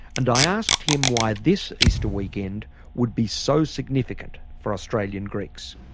and i asked him why this easter weekend would be so significant for australian greeks.